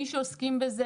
מי שעוסקים בזה,